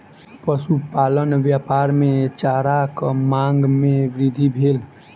पशुपालन व्यापार मे चाराक मांग मे वृद्धि भेल